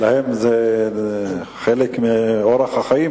אצלם זה חלק מאורח החיים,